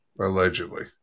allegedly